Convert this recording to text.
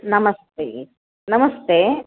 नमस्ते नमस्ते